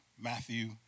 Matthew